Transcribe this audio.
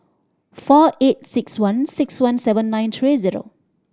four eight six one six one seven nine three zero